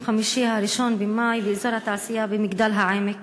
חמישי 1 במאי באזור התעשייה במגדל-העמק